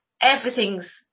everything's